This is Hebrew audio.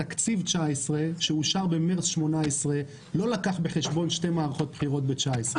תקציב 2019 שאושר במרס 2018 לא לקח בחשבון שתי מערכות בחירות ב-2019.